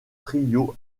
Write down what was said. trio